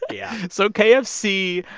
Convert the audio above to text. yeah so kfc,